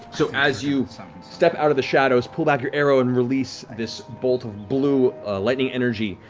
so as you step out of the shadows, pull back your arrow and release this bolt of blue lightning energy,